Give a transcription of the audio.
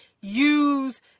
use